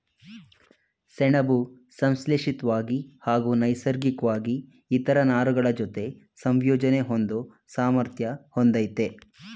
ಸೆಣಬು ಸಂಶ್ಲೇಷಿತ್ವಾಗಿ ಹಾಗೂ ನೈಸರ್ಗಿಕ್ವಾಗಿ ಇತರ ನಾರುಗಳಜೊತೆ ಸಂಯೋಜನೆ ಹೊಂದೋ ಸಾಮರ್ಥ್ಯ ಹೊಂದಯ್ತೆ